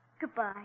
Goodbye